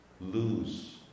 Lose